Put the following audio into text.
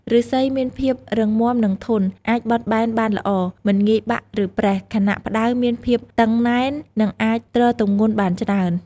ឫស្សីមានភាពរឹងមាំ និងធន់ អាចបត់បែនបានល្អ មិនងាយបាក់ ឬប្រេះ ខណៈផ្តៅមានភាពតឹងណែន និងអាចទ្រទម្ងន់បានច្រើន។